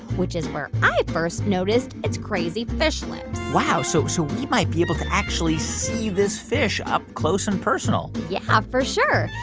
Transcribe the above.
which is where i first noticed its crazy fish lips wow. so so we might be able to actually see this fish up close and personal yeah, for sure.